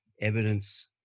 evidence